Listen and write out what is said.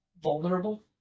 vulnerable